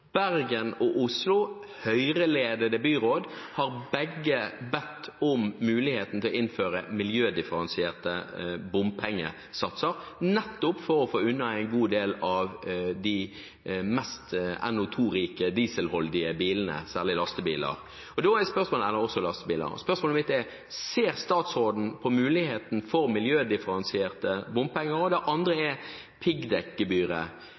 muligheten til å innføre miljødifferensierte bompengesatser, nettopp for å få unna en god del av de mest NO2-rike, dieselholdige bilene, også lastebiler. Ser statsråden på muligheten for miljødifferensierte bompenger? Og det andre er piggdekkgebyret: Vil statsråden vurdere å gi Oslo kommune muligheten til å øke piggdekkgebyret for